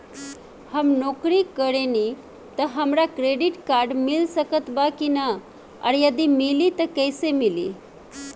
हम नौकरी करेनी त का हमरा क्रेडिट कार्ड मिल सकत बा की न और यदि मिली त कैसे मिली?